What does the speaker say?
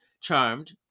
charmed